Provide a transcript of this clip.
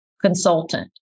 consultant